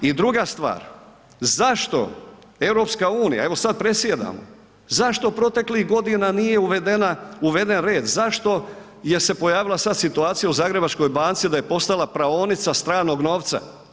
I druga stvar zašto EU, evo sad predsjedamo, zašto proteklih godina nije uveden red, zašto je se pojavila sad situacija u Zagrebačkoj banci da je postala praonica stranog novca?